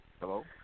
Hello